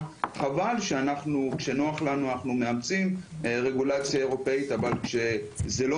חבל שכשנוח לנו אנחנו מאמצים רגולציה אירופית אבל כשזה לא